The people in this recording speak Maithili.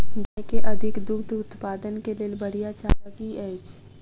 गाय केँ अधिक दुग्ध उत्पादन केँ लेल बढ़िया चारा की अछि?